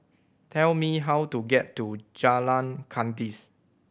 tell me how to get to Jalan Kandis